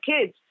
kids